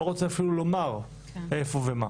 שאני לא רוצה אפילו לומר איפה ומה.